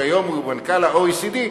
שהיום הוא מזכ"ל ה- OECD,